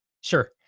Sure